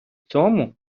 цьому